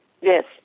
Yes